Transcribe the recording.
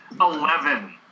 Eleven